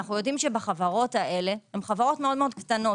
החברות האלה הן מאוד קטנות.